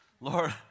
Lord